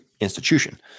institution